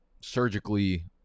surgically